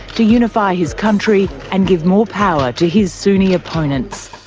to unify his country and give more power to his sunni opponents.